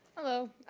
hello.